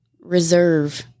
reserve